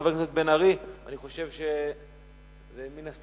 חבר הכנסת מיכאל בן-ארי.